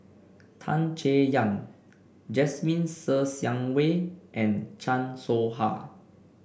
Tan Chay Yan Jasmine Ser Xiang Wei and Chan Soh Ha